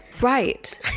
Right